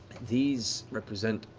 these represent